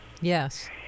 Yes